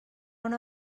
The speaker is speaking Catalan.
una